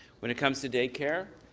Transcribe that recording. when it comes to day care,